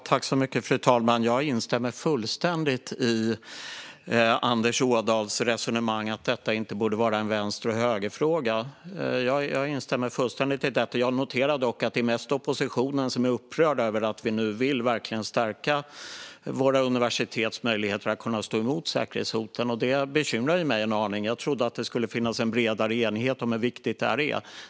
Fru talman! Jag instämmer fullständigt i Anders Ådahls resonemang om att detta inte borde vara en vänster-höger-fråga. Jag instämmer fullständigt i det. Jag noterar dock att det mest är oppositionen som är upprörd över att vi nu verkligen vill stärka våra universitets möjligheter att stå emot säkerhetshoten. Det bekymrar mig en aning. Jag trodde att det skulle finnas bredare enighet om hur viktigt det här är.